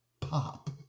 pop